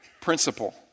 principle